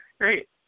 Great